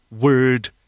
Word